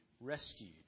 rescued